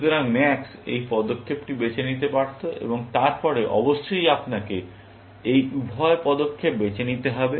সুতরাং max এই পদক্ষেপটি বেছে নিতে পারত এবং তারপরে অবশ্যই আপনাকে এই উভয় পদক্ষেপ বেছে নিতে হবে